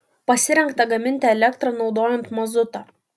pasirengta gaminti elektrą naudojant mazutą